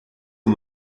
aux